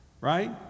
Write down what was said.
right